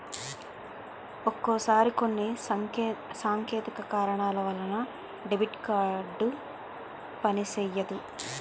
ఒక్కొక్కసారి కొన్ని సాంకేతిక కారణాల వలన డెబిట్ కార్డు పనిసెయ్యదు